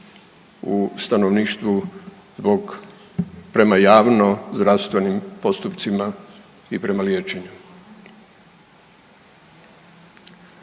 u stanovništvu zbog, prema javnozdravstvenim postupcima i prema liječenju.